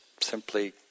simply